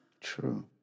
True